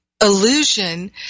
illusion